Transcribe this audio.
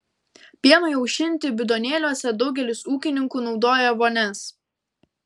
pienui aušinti bidonėliuose daugelis ūkininkų naudoja vonias